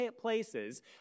places